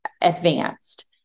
advanced